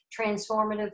transformative